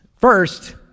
First